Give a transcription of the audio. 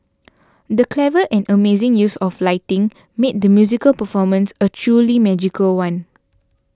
the clever and amazing use of lighting made the musical performance a truly magical one